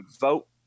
vote